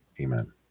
Amen